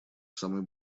самый